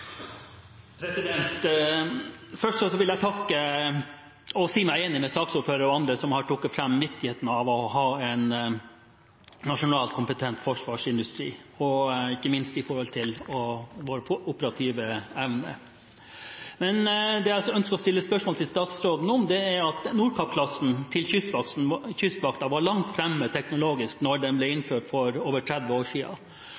si meg enig med saksordføreren og andre som har trukket fram viktigheten av å ha en nasjonal, kompetent forsvarsindustri, ikke minst med hensyn til vår operative evne. Det jeg ønsker å stille spørsmål til statsråden om, gjelder Nordkapp-klassen til Kystvakten, som var langt framme teknologisk da den ble innført for over 30 år